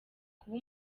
kuba